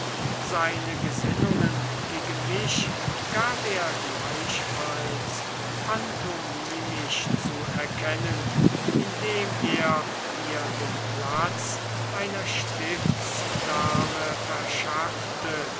seine gesinnungen gegen mich gab er gleichfalls pantomimisch zu erkennen indem er mir den platz einer stiftsdame verschaffte